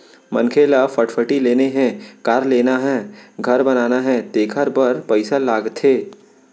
मनखे ल फटफटी लेना हे, कार लेना हे, घर बनाना हे तेखर बर पइसा लागथे